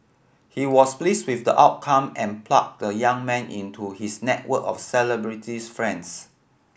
he was pleased with the outcome and plugged the young man into his network of celebrities friends